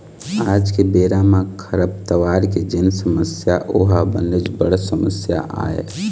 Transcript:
आज के बेरा म खरपतवार के जेन समस्या ओहा बनेच बड़ समस्या आय